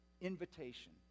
invitation